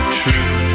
true